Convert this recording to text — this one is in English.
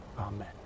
Amen